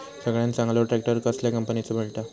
सगळ्यात चांगलो ट्रॅक्टर कसल्या कंपनीचो मिळता?